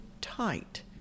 tight